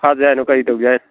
ꯐꯥꯁꯦ ꯍꯥꯏꯅꯣ ꯀꯔꯤ ꯇꯧꯁꯦ ꯍꯥꯏꯅꯣ